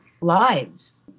lives